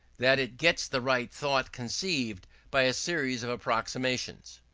that it gets the right thought conceived by a series of approximations.